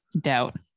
doubt